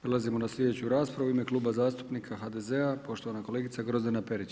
Prelazimo na sljedeću raspravu u ime Kluba zastupnika HDZ-a poštovana kolegica Grozdana Perić.